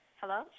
Hello